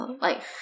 life